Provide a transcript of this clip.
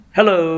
Hello